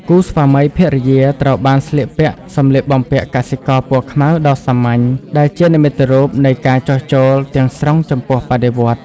គូស្វាមីភរិយាត្រូវបានស្លៀកពាក់សម្លៀកបំពាក់កសិករពណ៌ខ្មៅដ៏សាមញ្ញដែលជានិមិត្តរូបនៃការចុះចូលទាំងស្រុងចំពោះបដិវត្តន៍។